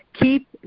Keep